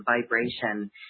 vibration